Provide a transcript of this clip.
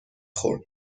خورد